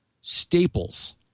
staples